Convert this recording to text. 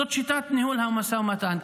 זאת שיטת ניהול משא ומתן,